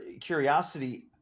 curiosity